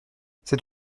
c’est